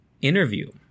interview